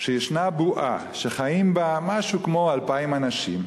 שישנה בועה שחיים בה משהו כמו 2,000 אנשים,